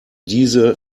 diese